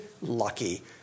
lucky